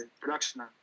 production